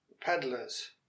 peddlers